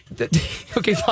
Okay